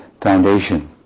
foundation